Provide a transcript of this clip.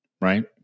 right